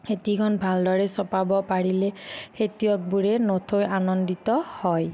খেতিখন ভালদৰে চপাব পাৰিলে খেতিয়কবোৰে নথৈ আনন্দিত হয়